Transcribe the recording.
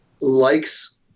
likes